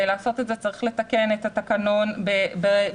לעשות את זה צריך לתקן את התקנון בדבר,